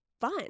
fun